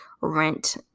rent